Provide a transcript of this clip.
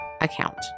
account